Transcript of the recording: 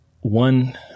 one